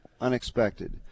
unexpected